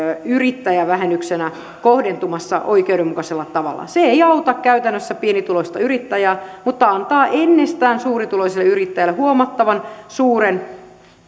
yrittäjävähennyksenä kohdentumassa oikeudenmukaisemmalla tavalla se ei auta käytännössä pienituloista yrittäjää mutta antaa ennestään suurituloisille yrittäjille huomattavan suuren